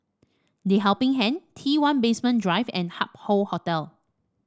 The Helping Hand one Basement Drive and Hup Hoe Hotel